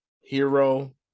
hero